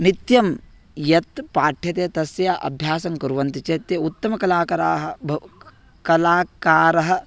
नित्यं यत् पाठ्यते तस्य अभ्यासं कुर्वन्ति चेत् ते उत्तमकलाकराः भव् कलाकारः